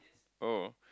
oh